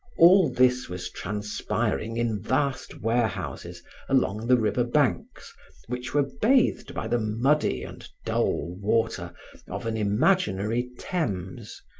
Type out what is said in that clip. all this was transpiring in vast warehouses along the river banks which were bathed by the muddy and dull water of an imaginary thames,